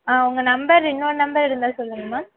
உங்கள் நம்பர் இன்னொரு நம்பர் இருந்தால் சொல்லுங்கள் மேம்